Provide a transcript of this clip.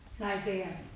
isaiah